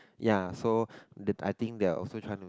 ya so I think they're also trying to